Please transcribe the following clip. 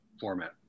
format